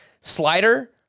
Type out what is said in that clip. Slider